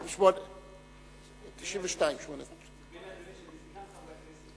18. נדמה לי, אדוני, שאני זקן חברי הכנסת.